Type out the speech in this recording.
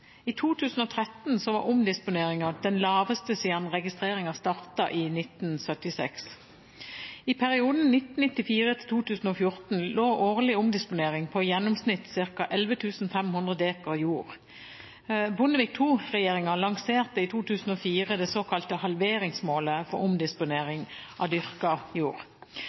I 2013 var omdisponeringen den laveste siden registreringen startet i 1976. I perioden 1994–2014 lå den årlige omdisponeringen på i gjennomsnitt ca. 11 500 dekar jord. Bondevik II-regjeringen lanserte i 2004 det såkalte halveringsmålet for omdisponering av dyrka jord.